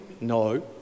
No